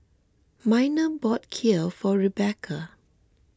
Miner bought Kheer for Rebekah